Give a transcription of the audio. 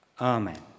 Amen